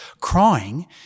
Crying